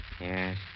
Yes